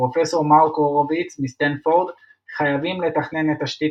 פרופ' מרק הורוביץ מסטנפורד "חייבים לתכנן את תשתית